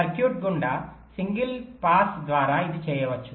circuit గుండా single pass ద్వారా ఇది చేయవచ్చు